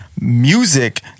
music